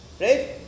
Right